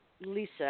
Lisa